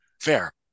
Fair